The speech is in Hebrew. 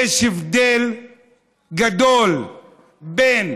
יש הבדל גדול בין